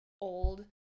old